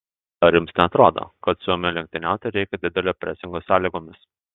ar jums neatrodo kad suomiui lenktyniauti reikia didelio presingo sąlygomis